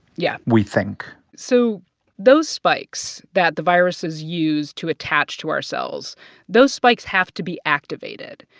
yeah. we think so those spikes that the viruses use to attach to our cells those spikes have to be activated.